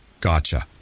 Gotcha